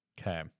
Okay